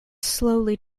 slowly